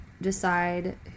decide